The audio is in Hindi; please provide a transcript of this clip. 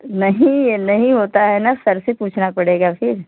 नहीं ये नहीं होता है ना सर से पूछना पड़ेगा फिर